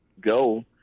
go